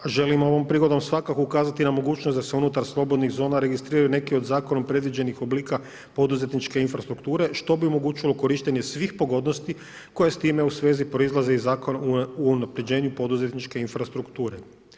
Želimo ovom prigodom svakako ukazati na mogućnost da se unutar slobodnih zona registriraju neki od zakonom predviđenih oblika poduzetničke infrastrukture što bi omogućilo korištenje svih pogodnosti koje s time u svezi proizlaze iz Zakona o unapređenju poduzetničke infrastrukture.